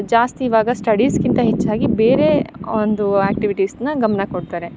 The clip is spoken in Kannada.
ಜಾಸ್ತಿ ಇವಾಗ ಸ್ಟಡೀಸ್ಗಿಂತ ಹೆಚ್ಚಾಗಿ ಬೇರೆ ಒಂದು ಆಕ್ಟಿವಿಟಿಸ್ನ ಗಮನ ಕೊಡ್ತಾರೆ